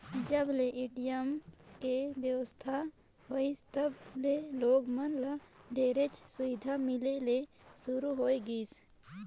जब ले ए.टी.एम के बेवस्था होइसे तब ले लोग मन ल ढेरेच सुबिधा मिले ले सुरू होए गइसे